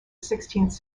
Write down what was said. sixteenth